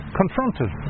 confronted